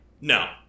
No